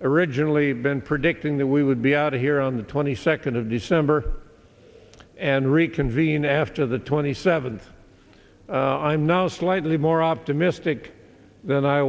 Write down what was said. originally been predicting that we would be out here on the twenty second of december and reconvene after the twenty seventh i'm now slightly more optimistic than i